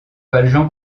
valjean